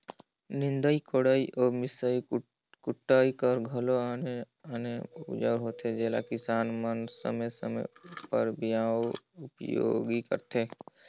निदई कोड़ई अउ मिसई कुटई कर घलो आने आने अउजार होथे जेला किसान मन समे समे उपर उपियोग करथे